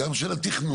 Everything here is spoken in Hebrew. גם של התכנון,